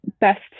best